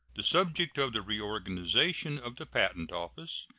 the subject of the reorganization of the patent office,